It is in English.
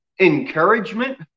encouragement